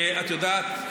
את יודעת,